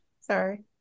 sorry